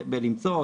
בלמצוא,